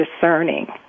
discerning